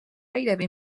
gairebé